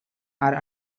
are